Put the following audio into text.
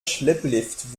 schlepplift